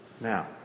Now